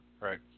Right